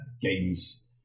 games